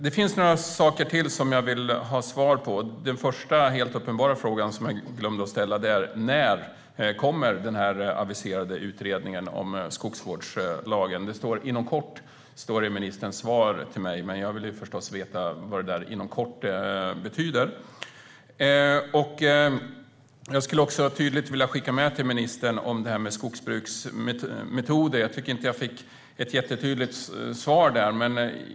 Det finns några saker till som jag vill ha svar på. Den första helt uppenbara frågan glömde jag att ställa. När kommer den aviserade utredningen om skogsvårdslagen? Det står i ministerns svar till mig att den kommer inom kort. Jag vill förstås veta vad inom kort betyder. Jag vill också tydligt skicka med till ministern betydelsen av andra skogsvårdsmetoder. Jag tycker inte att jag fick ett jättetydligt svar där.